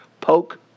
Poke